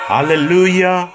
Hallelujah